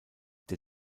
der